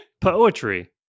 Poetry